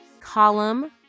column